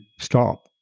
stop